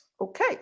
Okay